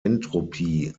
entropie